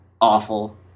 awful